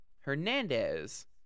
Hernandez